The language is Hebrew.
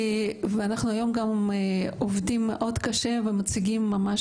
ואנחנו היום גם עובדים מאוד קשה ומציגים ממש